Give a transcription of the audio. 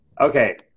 Okay